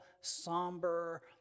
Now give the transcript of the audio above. somber